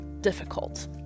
difficult